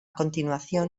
continuación